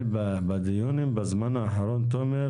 בדיונים בזמן האחרון תומר,